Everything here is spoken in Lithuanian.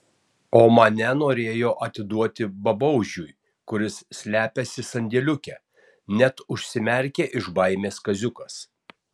o mane norėjo atiduoti babaužiui kuris slepiasi sandėliuke net užsimerkė iš baimės kaziukas